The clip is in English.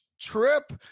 trip